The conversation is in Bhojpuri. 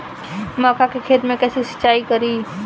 मका के खेत मे कैसे सिचाई करी?